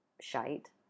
shite